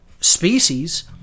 species